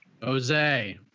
Jose